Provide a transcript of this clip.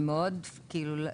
זה מאוד, כאילו,